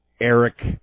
Eric